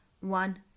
one